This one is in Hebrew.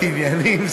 עניינים,